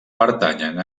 pertanyen